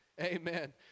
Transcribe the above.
Amen